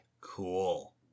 Cool